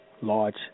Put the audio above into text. large